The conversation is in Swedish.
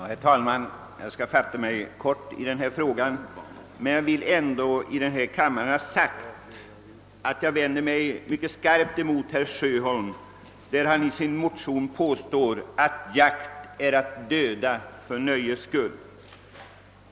Herr talman! Jag skall fatta mig kort i denna fråga men vill ha sagt, att jag mycket skarpt vänder mig emot herr Sjöholm då han i sin motion påstår att jakt är att döda för nöjes skull.